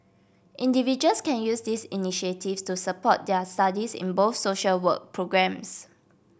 individuals can use these initiatives to support their studies in both social work programmes